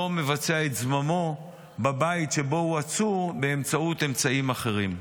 לא מבצע את זממו בבית שבו הוא עצור באמצעים אחרים.